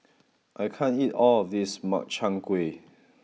I can't eat all of this Makchang Gui